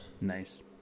Nice